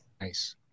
Nice